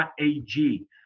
.ag